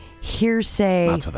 hearsay